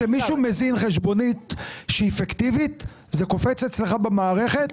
מזין חשבונית שהיא פיקטיבית, זה קופץ אצלך במערכת.